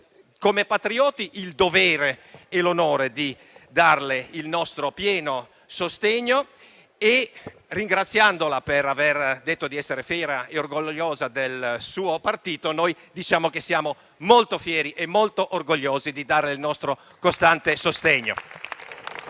come patrioti, abbiamo il dovere e l'onore di darle il nostro pieno sostegno e, ringraziandola per aver detto di essere fiera ed orgogliosa del suo partito, diciamo che siamo molto fieri e molto orgogliosi di darle il nostro costante sostegno.